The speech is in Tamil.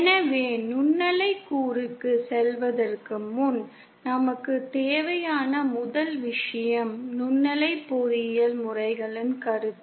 எனவே நுண்ணலை கூறுக்குச் செல்வதற்கு முன் நமக்குத் தேவையான முதல் விஷயம் நுண்ணலை பொறியியல் முறைகளின் கருத்து